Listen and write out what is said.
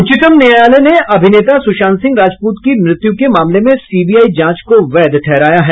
उच्चतम न्यायालय ने अभिनेता सुशांत सिंह राजपूत की मृत्यु के मामले में सीबीआई जांच को वैध ठहराया है